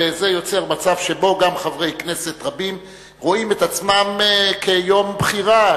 וזה יוצר מצב שבו גם חברי כנסת רבים רואים את זה כיום בחירה.